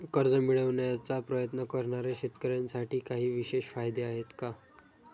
कर्ज मिळवण्याचा प्रयत्न करणाऱ्या शेतकऱ्यांसाठी काही विशेष फायदे आहेत का?